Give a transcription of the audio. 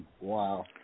wow